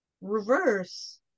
reverse